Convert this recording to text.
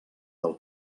del